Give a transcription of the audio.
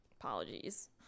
apologies